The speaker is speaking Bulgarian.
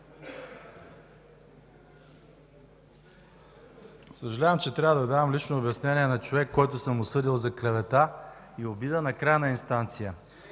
Съжалявам, че трябва да давам лично обяснение на човек, който съм осъдил за клевета и обида на крайна инстанция.